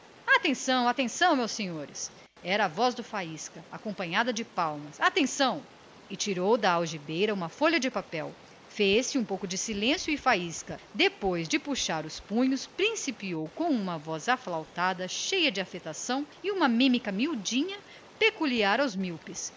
atenção atenção meus senhores era a voz do faísca acompanhada de palmas atenção e tirou da algibeira uma folha de papel fez-se algum silêncio e o faísca depois de puxar os punhos começou a falar com uma voz aflautada cheia de afetações e com a minuciosa mímica dos míopes